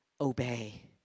obey